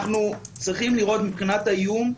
אנחנו צריכים לראות מבחינת האיום.